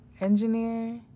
engineer